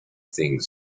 things